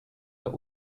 der